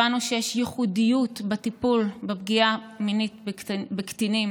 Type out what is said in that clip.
הבנו שיש ייחודיות בטיפול בפגיעה מינית בקטינים,